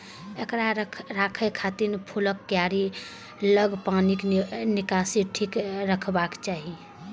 एकरा रोकै खातिर फूलक कियारी लग पानिक निकासी ठीक रखबाक चाही